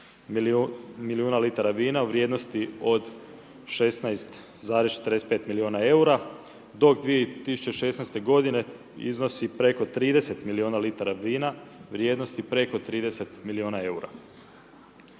milijuna litara vina u vrijednosti od 16,45 milijuna eura dok 2016. g. iznosi preko 30 milijuna litara vrijednosti preko 30 milijuna eura.